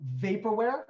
vaporware